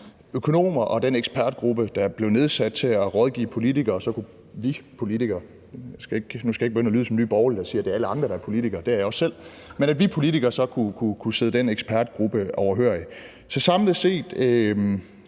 økonomer og den ekspertgruppe, der blev nedsat til at rådgive politikere. Og så kunne vi politikere – nu skal jeg ikke begynde at lyde som Nye Borgerlige, der siger, at det er alle andre, der er politikere; det er jeg også selv – sidde den ekspertgruppe overhørig. Så samlet set